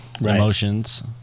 emotions